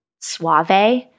Suave